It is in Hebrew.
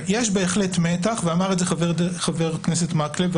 יש בהחלט מתח ואמר את זה חבר הכנסת מקלב,